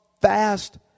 fast